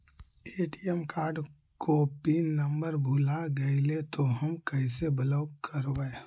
ATM card को pin number भुला गैले तौ हम कैसे ब्लॉक करवै?